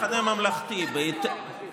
חברת הכנסת גוטליב, תני בבקשה לדובר.